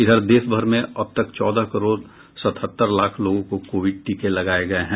इधर देश भर में अब तक चौदह करोड़ सतहत्तर लाख लोगों को कोविड टीके लगाये गये हैं